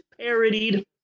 parodied